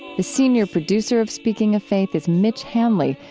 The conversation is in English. the senior producer of speaking of faith is mitch hanley,